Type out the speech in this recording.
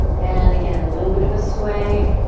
and again, a little bit of a sway.